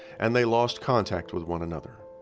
and they lost contact with one another.